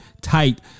tight